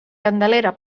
candelera